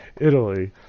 Italy